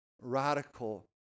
radical